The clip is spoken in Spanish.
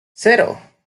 cero